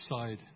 side